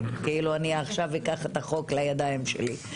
כאילו אני עכשיו אקח את החוק לידיים שלי.